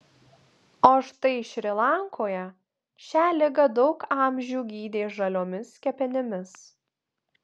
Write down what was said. o štai šri lankoje šią ligą daug amžių gydė žaliomis kepenimis